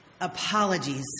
apologies